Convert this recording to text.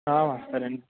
ఆ సరేనండి